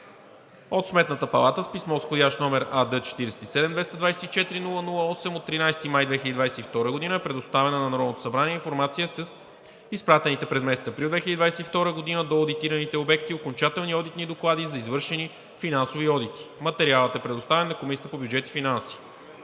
От Сметната палата с писмо, вх. № АД-47-224-008 от 13 май 2022 г., е предоставена информация с изпратените през месец април 2022 г. до одитираните обекти окончателни одитни доклади за извършени финансови одити. Материалът е предоставен на Комисията по бюджет и финанси.